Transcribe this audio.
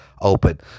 open